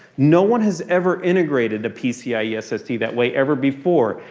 no one has ever integrated a pcie ssd that way ever before.